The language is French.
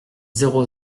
zéro